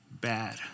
bad